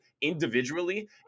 individually